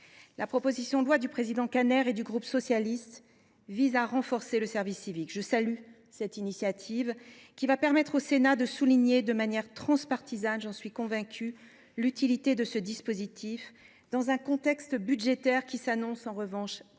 La proposition de loi de M. Kanner et du groupe socialiste vise à renforcer le service civique. Je salue cette initiative, qui va permettre au Sénat de souligner, de manière transpartisane – j’en suis convaincue –, l’utilité du dispositif, dans un contexte budgétaire qui s’annonce en revanche compliqué